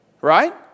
right